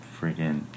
freaking